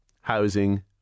housing